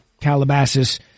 Calabasas